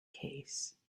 case